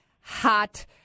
hot